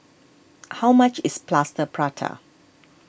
how much is Plaster Prata